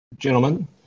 Gentlemen